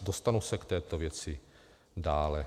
Dostanu se k této věci dále.